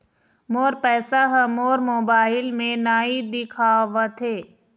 मोर पैसा ह मोर मोबाइल में नाई दिखावथे